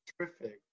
terrific